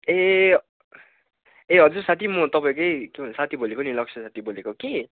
ए ए हजुर साथी म तपाईँकै साथी बोलेको नि लक्ष्य साथी बोलेको कि